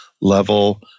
level